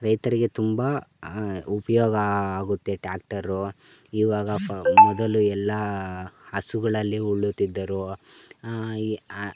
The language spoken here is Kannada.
ರೈತರಿಗೆ ತುಂಬ ಉಪಯೋಗ ಆಗುತ್ತೆ ಟ್ಯಾಕ್ಟರು ಇವಾಗ ಫ ಮೊದಲು ಎಲ್ಲ ಹಸುಗಳಲ್ಲಿ ಉಳುತಿದ್ದರು ಈ